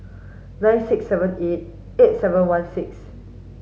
nine six seven eight eight seven one six